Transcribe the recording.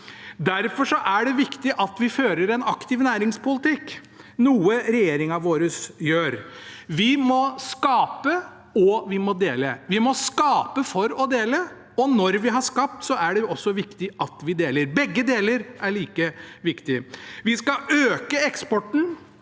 Derfor er det viktig at vi fører en aktiv næringspolitikk, noe regjeringen vår gjør. Vi må skape, og vi må dele. Vi må skape for å dele. Når vi har skapt, er det også viktig at vi deler. Begge deler er like viktig. Vi skal øke eksporten,